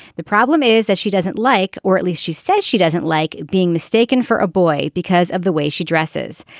the problem is that she doesn't like or at least she says she doesn't like being mistaken for a boy because of the way she dresses.